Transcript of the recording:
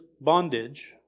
bondage